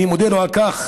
אני מודה לו על כך